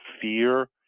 fear